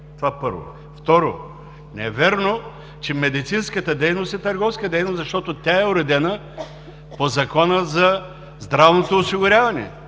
Това, първо. Второ, не е вярно, че медицинската дейност е търговска дейност, защото тя е уредена по Закона за здравното осигуряване.